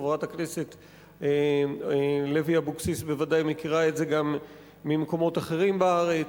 חברת הכנסת לוי אבקסיס בוודאי מכירה את זה ממקומות אחרים בארץ.